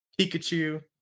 Pikachu